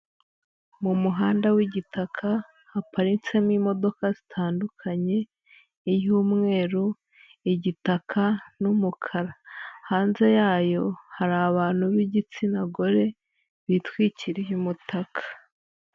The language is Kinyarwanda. Mu muhanda w'igitaka haparitsemo imodoka zitandukanye, iy'umweru, igitaka n'umukara, hanze yayo hari abantu b'igitsina gore bitwikiriye umutaka.